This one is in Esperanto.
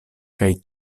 kaj